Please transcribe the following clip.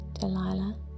Delilah